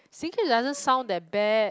singlish doesn't sound that bad